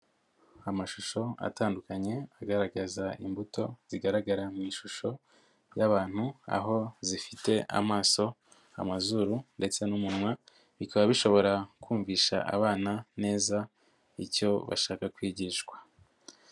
Amashusho atandukanye agaragaza imbuto zigaragara mu ishusho y'abantu, aho zifite amaso amazuru ndetse n'umunwa, bikaba bishobora kumvisha abana neza icyo bashaka kwigishwa.